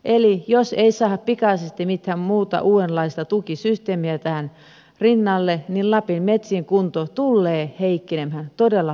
eli jos ei saada pikaisesti mitään muuta uudenlaista tukisysteemiä tähän rinnalle niin lapin metsien kunto tulee heikkenemään todella paljon